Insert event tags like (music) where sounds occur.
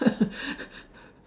(laughs)